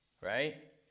right